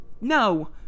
No